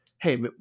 hey